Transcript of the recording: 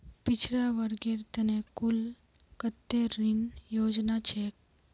पिछड़ा वर्गेर त न कुल कत्ते ऋण योजना छेक